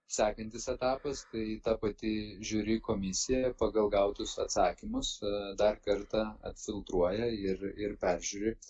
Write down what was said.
sekantis etapas kai ta pati žiuri komisija pagal gautus atsakymus dar kartą atfiltruoja ir ir peržiūri